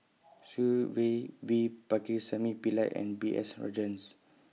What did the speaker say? Tsung Yeh V Pakirisamy Pillai and B S Rajhans